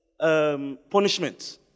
Punishment